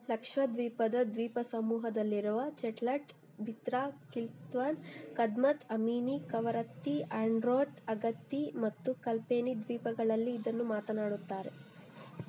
ಲಕ್ಷದ್ವೀಪದ ದ್ವೀಪಸಮೂಹದಲ್ಲಿರುವ ಚೆಟ್ಲಾಟ್ ಬಿತ್ರಾ ಕಿಲ್ತಾನ್ ಕದ್ಮತ್ ಅಮಿನಿ ಕವರತ್ತಿ ಆಂಡ್ರೋತ್ ಅಗತ್ತಿ ಮತ್ತು ಕಲ್ಪೇನಿ ದ್ವೀಪಗಳಲ್ಲಿ ಇದನ್ನು ಮಾತನಾಡುತ್ತಾರೆ